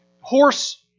horse